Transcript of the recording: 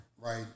Right